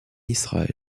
israël